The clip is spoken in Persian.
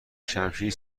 شمشیر